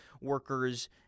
workers